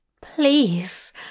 please